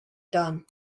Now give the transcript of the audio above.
done